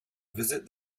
visit